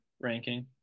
ranking